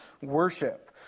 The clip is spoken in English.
worship